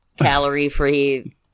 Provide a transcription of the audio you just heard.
calorie-free